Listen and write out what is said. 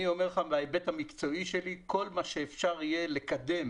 אני אומר לך מההיבט המקצועי שלי שכל מה שאפשר יהיה לקדם